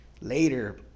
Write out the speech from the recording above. Later